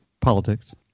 politics